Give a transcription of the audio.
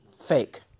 Fake